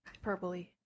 Hyperbole